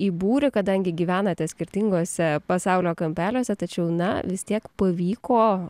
į būrį kadangi gyvenate skirtinguose pasaulio kampeliuose tačiau na vis tiek pavyko